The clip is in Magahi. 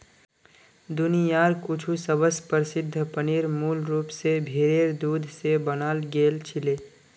दुनियार कुछु सबस प्रसिद्ध पनीर मूल रूप स भेरेर दूध स बनाल गेल छिले